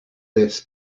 this